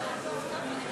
49 מתנגדים,